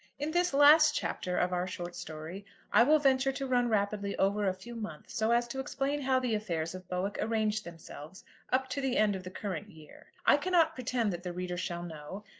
in this last chapter of our short story i will venture to run rapidly over a few months so as to explain how the affairs of bowick arranged themselves up to the end of the current year. i cannot pretend that the reader shall know,